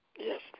Yes